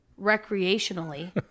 recreationally